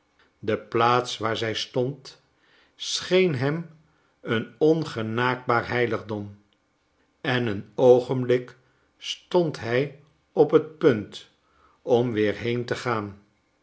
de plaats waar zij stond scheen hem een ongenaakbaar heiligdom en een oogenblik stond hij op het punt om weer heen te gaan